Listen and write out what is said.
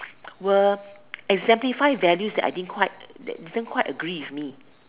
will exemplify values that I didn't quite that didn't quite agree with me